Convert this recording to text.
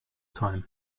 time